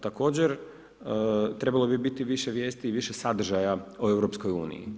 Također, trebalo bi biti više vijesti i više sadržaja o EU.